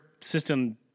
system